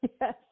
yes